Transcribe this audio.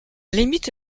limite